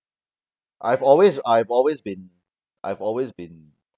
I've always I've always been I've always been